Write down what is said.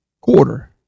quarter